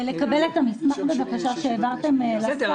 ולקבל את המסמך, בבקשה, שהעברתם לשר.